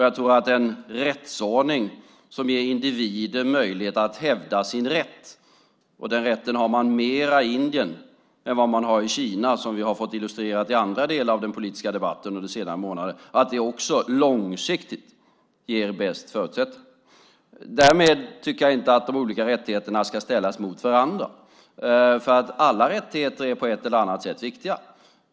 Jag tror att en rättsordning som ger individer möjlighet att hävda sin rätt - och den rätten har man mer i Indien än i Kina, som vi har fått illustrerat i andra delar av den politiska debatten under senare månader - långsiktigt också ger bäst förutsättningar. Därmed tycker jag inte att de olika rättigheterna ska ställas mot varandra. Alla rättigheter är på ett eller annat sätt viktiga.